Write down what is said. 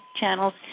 channels